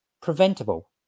preventable